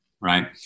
right